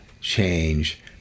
change